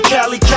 Cali